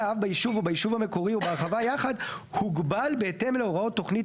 האב ביישוב או ביישוב המקורי ובהרחבה יחד הוגבל בהתאם להוראות תוכנית